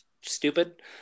stupid